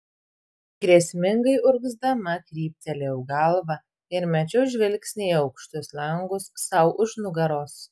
grėsmingai urgzdama kryptelėjau galvą ir mečiau žvilgsnį į aukštus langus sau už nugaros